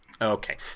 Okay